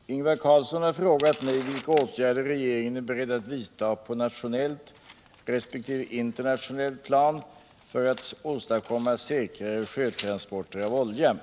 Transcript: Herr talman! Ingvar Carlsson har frågat mig vilka åtgärder regeringen är beredd att vidta på nationellt resp. internationellt plan för att åstadkomma säkrare sjötransporter av olja.